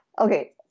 Okay